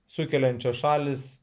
sukeliančios šalys